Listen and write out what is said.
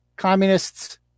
Communists